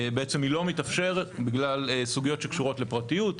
בעצם לא מתאפשר בגלל סוגיות שקשורות של הפרטיות.